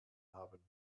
haben